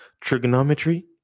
trigonometry